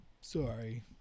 sorry